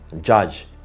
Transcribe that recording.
judge